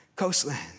Coastlands